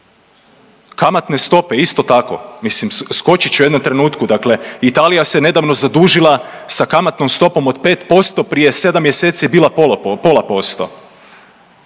Kamatne stope isto tako, mislim skočit će u jednom trenutku. Dakle, Italija se nedavno zadužila sa kamatnom stopom od 5% prije sedam mjeseci je bila pola posto.